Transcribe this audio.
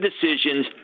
decisions